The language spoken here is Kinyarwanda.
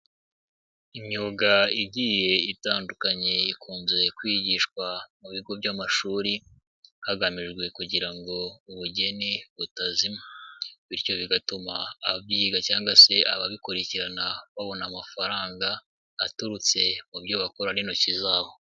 Imyuga igiye itandukanye ikunze kwigishwa mu bigo by'amashuri. Hagamijwe kugira ngo ubugeni butazima bityo bigatuma ababyiga cyangwa se ababikurikirana babona amafaranga aturutse mu byo bakora n'intoki zabo.